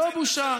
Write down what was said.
לא בושה,